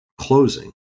closing